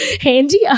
handy